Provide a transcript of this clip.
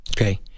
Okay